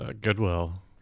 Goodwill